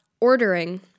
ordering